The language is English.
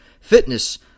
fitness